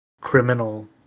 criminal